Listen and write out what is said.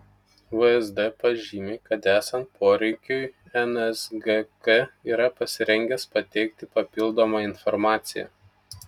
vsd pažymi kad esant poreikiui nsgk yra pasirengęs pateikti papildomą informaciją